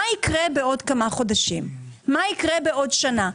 מה יקרה בעוד כמה חודשים ובעוד שנה?